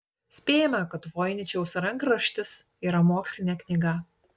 spėjama kad voiničiaus rankraštis yra mokslinė knyga